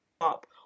up